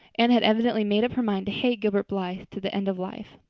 anne had evidently made up her mind to hate gilbert blythe to the end of life.